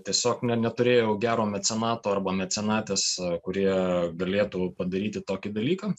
tiesiog ne neturėjau gero mecenato arba mecenatės kurie galėtų padaryti tokį dalyką